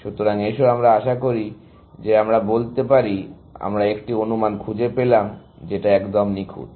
সুতরাং এসো আমরা আশা করি যে আমরা বলি যে আমরা একটি অনুমান খুঁজে পেলাম না যেটা একদম নিখুঁত